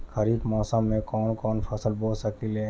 खरिफ मौसम में कवन कवन फसल बो सकि ले?